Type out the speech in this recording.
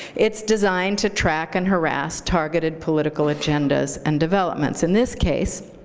it's designed to track and harass targeted political agendas and developments, in this case,